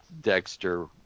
Dexter